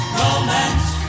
romance